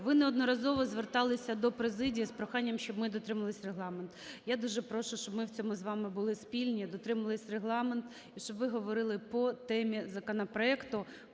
ви неодноразово зверталися до президії з проханням, щоб ми дотримувались Регламенту. Я дуже прошу, щоб ми в цьому з вами були спільні, дотримувались Регламенту, і щоб ви говорили по темі законопроекту,